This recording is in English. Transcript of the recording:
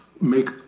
make